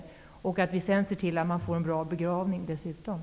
Därefter kan vi också se till att människor dessutom får en bra begravning.